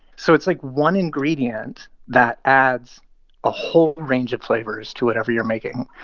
so it's like one ingredient that adds a whole range of flavors to whatever you're making.